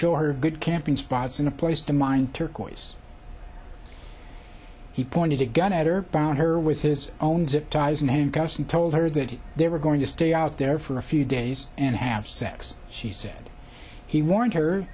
her good camping spots in a place to mind turquoise he pointed a gun at or bound her with his own zip ties and handcuffs and told her that they were going to stay out there for a few days and have sex she said he warned her